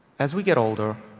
as we get older,